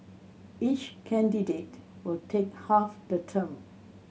each candidate will take half the term